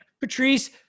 Patrice